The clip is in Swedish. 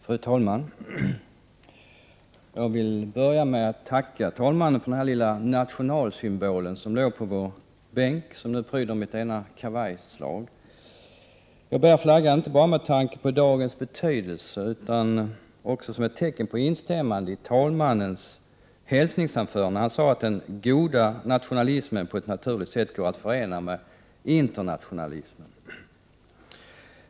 Fru talman! Jag vill börja med att tacka talmannen för den lilla nationalsymbolen som låg på våra bänkar och som nu pryder mitt ena kavajslag. Jag bär flaggan inte bara med tanke på dagens betydelse, utan också som ett tecken på instämmande i talmannens hälsningsanförande. Han sade att den goda nationalismen på ett naturligt sätt går att förena med internationalism.